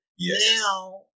Now